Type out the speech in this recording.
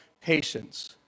patience